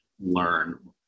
learn